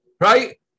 right